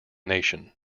nation